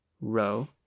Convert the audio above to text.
row